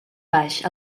baix